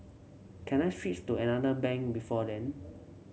can I switch to another bank before then